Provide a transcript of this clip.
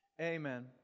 Amen